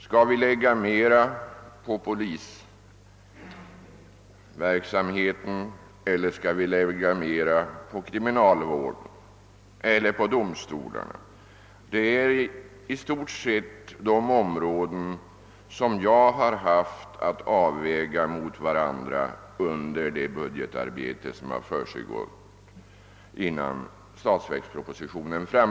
Skall vi lägga mera på polisverksamheten eller på kriminalvården eller domstolarna? Det är i stort sett dessa områden jag har haft att avväga mot varandra under det budgetarbete som föregått framläggandet av statsverkspropositionen.